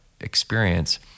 experience